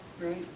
Right